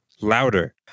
Louder